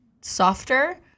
softer